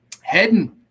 Heading